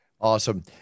awesome